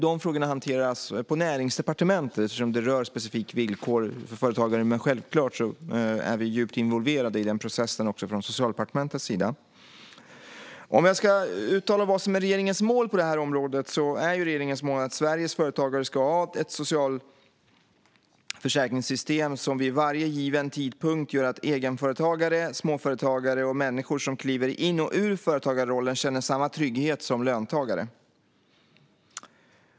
De frågorna hanteras på Näringsdepartementet, eftersom de specifikt rör villkor för företagare, men självklart är vi djupt involverade i den processen också från Socialdepartementets sida. Regeringens mål på detta område är att Sveriges företagare ska ha ett socialförsäkringssystem som vid varje given tidpunkt gör att egenföretagare, småföretagare och människor som kliver in i och ut ur företagarrollen känner samma trygghet som löntagare.